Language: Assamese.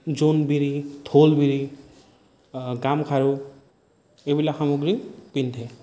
জোনবিৰি ঢোলবিৰি গামখাৰু এইবিলাক সামগ্ৰী পিন্ধে